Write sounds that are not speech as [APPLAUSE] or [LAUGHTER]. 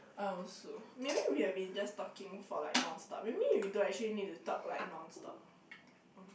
I also maybe we have been just talking for like nonstop maybe we don't actually need to talk like nonstop [NOISE] oh no